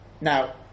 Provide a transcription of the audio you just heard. Now